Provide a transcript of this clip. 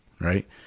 right